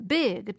big